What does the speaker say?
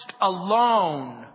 alone